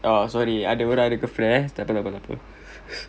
ah sorry ada orang ada girlfriend takpe takpe takpe